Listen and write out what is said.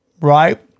right